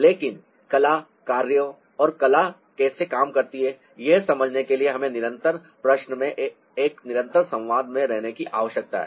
लेकिन कला कार्यों और कला कैसे काम करती है यह समझने के लिए हमें निरंतर प्रश्न में एक निरंतर संवाद में रहने की आवश्यकता है